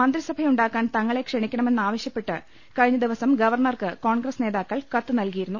മന്ത്രിസഭയുണ്ടാക്കാൻ തങ്ങളെ ക്ഷണിക്കണമെന്നാവ ശൃപ്പെട്ട് കഴിഞ്ഞ ദിവസം ഗവർണർക്ക് കോൺഗ്രസ് നേതാക്കൾ കത്ത് നൽകിയിരുന്നു